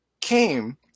came